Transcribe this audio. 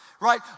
right